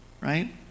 right